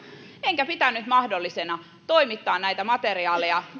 enkä pitänyt mahdollisena toimittaa näitä materiaaleja